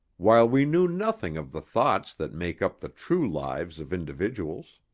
while we knew nothing of the thoughts that make up the true lives of individuals.